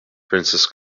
princess